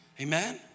Amen